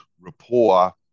rapport